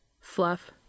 Fluff